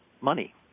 money